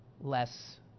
less